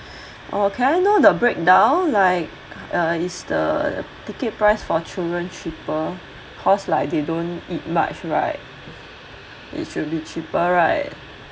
oh can I know the breakdown like uh is the ticket price for children cheaper cause like they don't eat much right it should be cheaper right